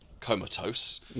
comatose